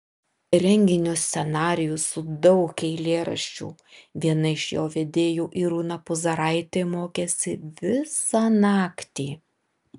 renginio scenarijų su daug eilėraščių viena iš jo vedėjų irūna puzaraitė mokėsi visą naktį